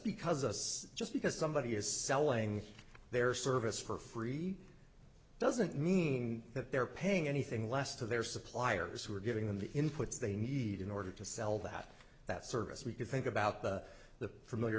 because us just because somebody is selling their service for free doesn't mean that they're paying anything less to their suppliers who are giving them the inputs they need in order to sell that that service we can think about the the f